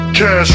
Cash